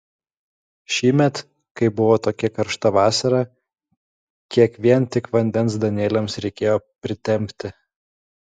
šįmet kai buvo tokia karšta vasara kiek vien tik vandens danieliams reikėjo pritempti